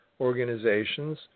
organizations